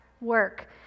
work